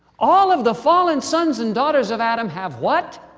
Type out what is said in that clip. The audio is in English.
all of the fallen sons and daughters of adam have what?